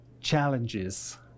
challenges